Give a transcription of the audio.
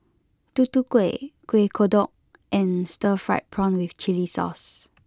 Tutu Kueh Kuih Kodok and Stir Fried Prawn with Chili Sauce